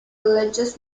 religious